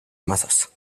masas